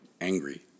angry